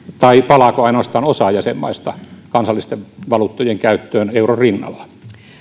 tai palaako ainoastaan osa jäsenmaista kansallisten valuuttojen käyttöön euron rinnalla